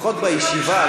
לפחות בישיבה.